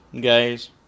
Guys